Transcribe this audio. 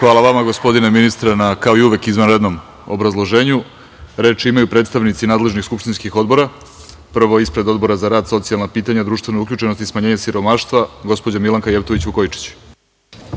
Hvala vama gospodine ministre, kao i uvek na izvanrednom obrazloženju. Reč imaju predstavnici nadležnih skupštinskih odbora, prvo ispred Odbora za rad, socijalna pitanja, društvene uključenosti i smanjenje siromaštva, gospođa Milanka Jevtović Vukojičić.